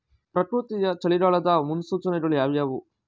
ಪ್ರಕೃತಿಯ ಚಳಿಗಾಲದ ಮುನ್ಸೂಚನೆಗಳು ಯಾವುವು?